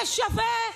זה שווה?